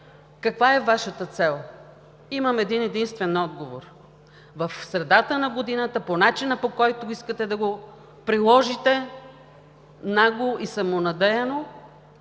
каква е Вашата цел? Имам един-единствен отговор – в средата на годината, по начина, по който искате да го приложите, нагло и самонадеяно,